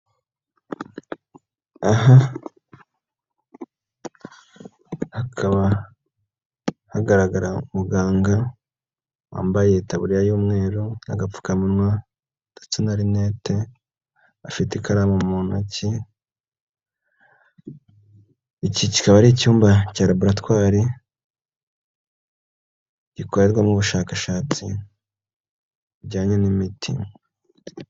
Aha, hakaba hagaragara umuganga wambaye taburiya y'umweru n'agapfukamunwa ndetse na linete, afite ikaramu mu ntoki, iki kikaba ari icyumba cya laboratwari, gikorerwamo ubushakashatsi, bujyanye n'imiti.